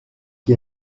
qui